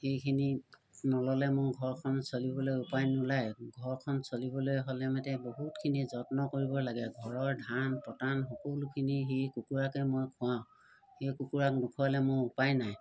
সেইখিনি নল'লে মোৰ ঘৰখন চলিবলৈ উপায় নোলায় ঘৰখন চলিবলৈ হ'লে মতে বহুতখিনি যত্ন কৰিব লাগে ঘৰৰ ধান পটান সকলোখিনি সেই কুকুৰাকে মই খুৱাওঁ সেই কুকুৰাক নোখোৱালে মই উপায় নাই